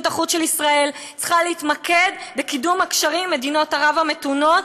החוץ של ישראל צריכה להתמקד בקידום הקשרים עם מדינות ערב המתונות,